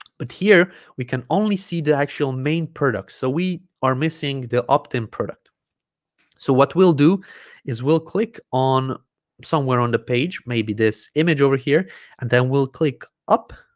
but here we can only see the actual main product so we are missing the opt-in product so what we'll do is we'll click on somewhere on the page maybe this image over here and then we'll click up